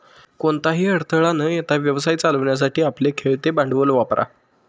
कोणताही अडथळा न येता व्यवसाय चालवण्यासाठी आपले खेळते भांडवल वापरा